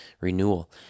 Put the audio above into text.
renewal